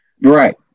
Right